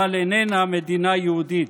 אבל איננה מדינה יהודית.